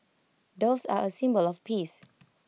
doves are A symbol of peace